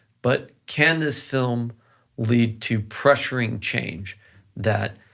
but can this film lead to pressuring change that